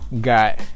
got